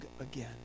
again